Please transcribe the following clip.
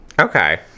Okay